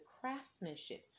craftsmanship